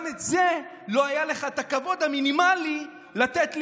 גם את זה לא היה לך הכבוד המינימלי לתת לי,